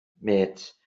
mêts